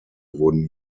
wurden